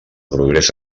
progrés